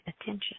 attention